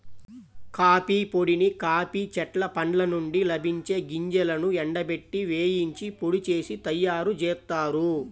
coffee పొడిని coffee చెట్ల పండ్ల నుండి లభించే గింజలను ఎండబెట్టి, వేయించి పొడి చేసి తయ్యారుజేత్తారు